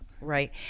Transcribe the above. Right